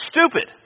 stupid